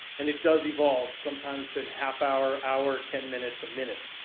and it does evolve, sometimes in half hour, hour, ten minutes, a minute.